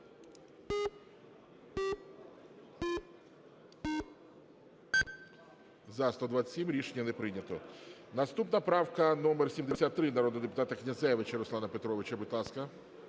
За-127 Рішення не прийнято. Наступна правка - номер 73, народного депутата Князевича Руслана Петровича. Будь ласка.